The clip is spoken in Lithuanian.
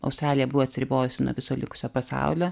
australija buvo atsiribojusi nuo viso likusio pasaulio